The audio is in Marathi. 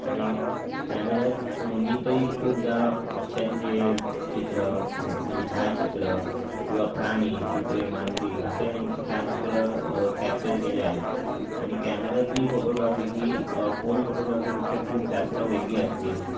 आणि कॅमेऱ्यात मी तरी खूपदा पक्ष्यांचे चित्र म्हणजे छायाचित्र किंवा प्राणी कुत्रे मांजरी असे ह्यांचे छायाचित्रं कॅप्चर केले आहेत आणि कॅमेऱ्यातली फोटोग्राफी ही फोन फोटोग्राफीपेक्षा खूप जास्त वेगळी असते